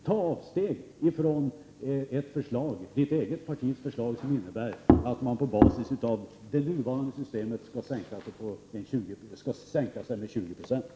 Ta avsteg från det moderata förslaget, som innebär att man på basis av det nuvarande systemet reducerar presstödet med 20 96!